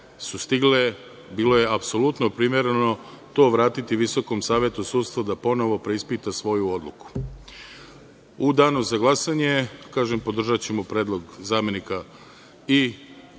su stigle, bilo je apsolutno primereno to vratiti Visokom savetu sudstva da ponovo preispita svoju odluku. U danu za glasanje, kažem, podržaćemo predlog zamenika i